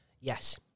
Yes